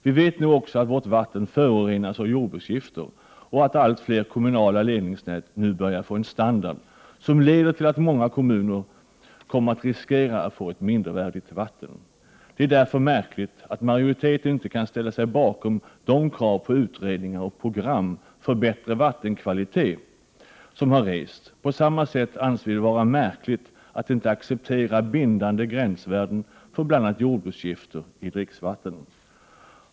Vi vet nu också att vårt vatten förorenas av jordbruksgifter. Allt fler kommunala ledningsnät börjar nu få en standard som leder till att många kommuner kommer att riskera att få ett mindervärdigt vatten. Det är därför märkligt att majoriteten inte kan ställa sig bakom de krav på utredningar och program för bättre vattenkvalitet som har rests. På samma sätt anser vi det vara märkligt att inte acceptera bindande gränsvärden för bl.a. jordbruksgifter i dricksvatten.